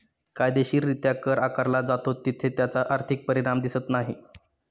कायदेशीररित्या कर आकारला जातो तिथे त्याचा आर्थिक परिणाम दिसत नाही